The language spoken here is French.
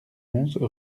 onze